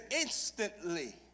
instantly